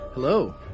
Hello